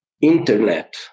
Internet